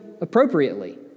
appropriately